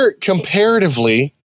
Comparatively